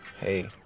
Hey